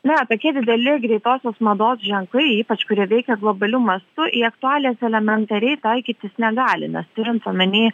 na tokie dideli greitosios mados ženklai ypač kurie veikia globaliu mastu į aktualijas elementariai taikytis negali nes turint omeny